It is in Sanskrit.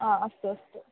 अस्तु अस्तु